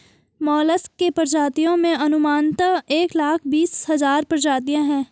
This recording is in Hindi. मोलस्क की प्रजातियों में अनुमानतः एक लाख बीस हज़ार प्रजातियां है